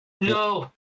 No